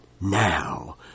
Now